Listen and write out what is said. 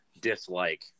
dislike